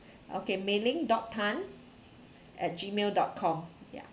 okay Mei Ling dot tan at gmail dot com ya